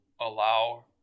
allow